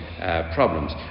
problems